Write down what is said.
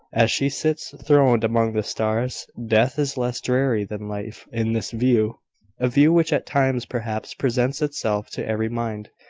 as she sits throned among the stars. death is less dreary than life in this view a view which at times, perhaps, presents itself to every mind,